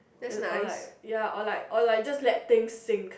and all like or like or like just let thing sink